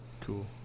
cool